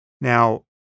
Now